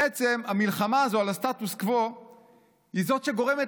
בעצם המלחמה הזו על הסטטוס קוו היא שגורמת